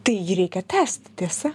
tai jį reikia tęsti tiesa